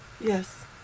yes